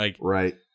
right